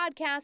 podcast